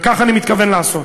ככה אני מתכוון לעשות.